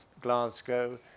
Glasgow